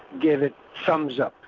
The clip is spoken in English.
gave it thumbs-up.